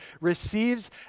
receives